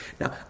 Now